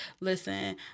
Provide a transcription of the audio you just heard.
listen